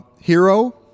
hero